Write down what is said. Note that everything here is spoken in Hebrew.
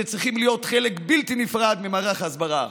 וצריכים להיות חלק בלתי נפרד ממערך הסברה.